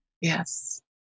Yes